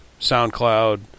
SoundCloud